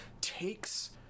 Takes